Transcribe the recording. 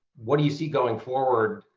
what do you see going forward?